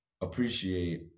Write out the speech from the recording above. appreciate